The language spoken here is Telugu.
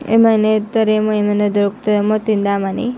ఏమైనా వేస్తారేమో ఏమైనా దొరుకుతాయేమో తిందామని